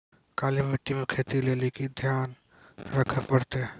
काली मिट्टी मे खेती लेली की ध्यान रखे परतै?